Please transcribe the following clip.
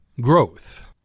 growth